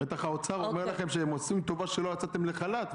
בטח האוצר אומר לכם שהם עושים לכם טובה שלא יצאתם לחל"ת,